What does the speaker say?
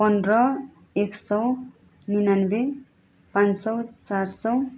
पन्ध्र एक सय निनानब्बे पाँच सय चार सय